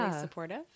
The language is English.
supportive